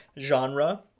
genre